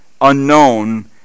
unknown